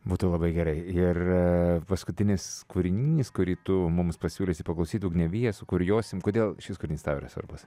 būtų labai gerai ir paskutinis kūrinys kurį tu mums pasiūlysi paklausyt ugniavijas o kur josim kodėl šis kūrinys tau yra svarbus